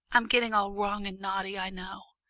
i'm getting all wrong and naughty, i know,